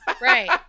Right